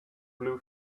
blue